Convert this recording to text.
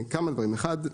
כמה דברים, אחד,